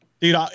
Dude